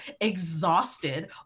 exhausted